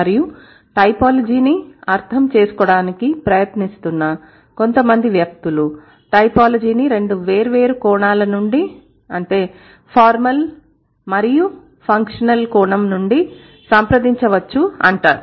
మరియు టైపోలాజీని అర్థం చేసుకోటానికి ప్రయత్నిస్తున్నకొంతమంది వ్యక్తులు టైపోలాజీని రెండు వేర్వేరు కోణాల నుండి ఫార్మల్ మరియు ఫంక్షనల్ కోణం నుండి సంప్రదించవచ్చు అంటారు